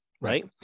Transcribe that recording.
Right